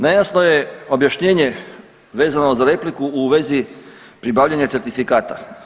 Nejasno je objašnjenje vezano za repliku u vezi pribavljanja certifikata.